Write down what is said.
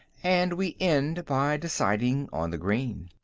and we end by deciding on the green.